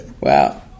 Wow